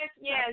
yes